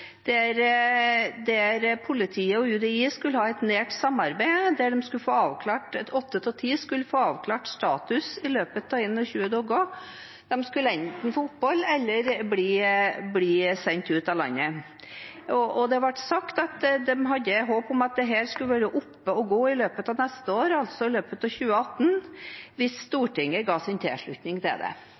der politiet og UDI skulle ha et nært samarbeid for at åtte av ti skulle få avklart sin status i løpet av 21 dager. De skal enten få opphold eller bli sendt ut av landet. Det ble sagt at de hadde håp om at dette skulle være oppe og gå i løpet av neste år, altså i løpet av 2018, hvis Stortinget ga sin tilslutning til det.